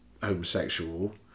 homosexual